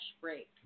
break